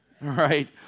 right